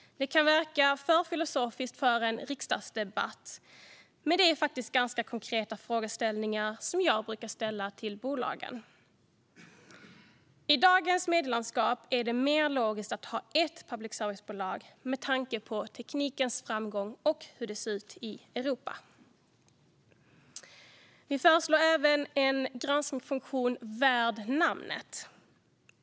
Det kan verka som alltför filosofiska frågor för en riksdagsdebatt, men det är faktiskt ganska konkreta frågor som jag brukar ställa till bolagen. I dagens medielandskap är det mer logiskt att ha ett enda public service-bolag, med tanke på teknikens framsteg och hur det ser ut i Europa. Vi föreslår även en granskningsfunktion värd namnet.